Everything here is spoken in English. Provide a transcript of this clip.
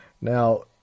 Now